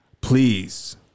Please